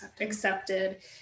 accepted